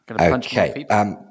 Okay